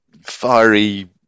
fiery